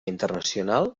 internacional